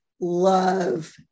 love